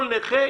כל נכה,